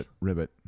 ribbit